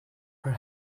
her